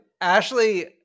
Ashley